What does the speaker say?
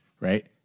right